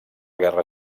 guerra